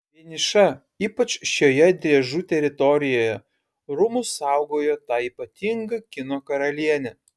vieniša ypač šioje driežų teritorijoje rūmus saugojo ta ypatinga kino karalienė